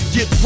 Get